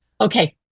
Okay